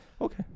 Okay